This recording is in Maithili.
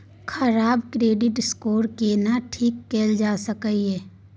खराब क्रेडिट स्कोर के केना ठीक कैल जा सकै ये?